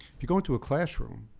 if you go into a classroom,